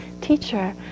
teacher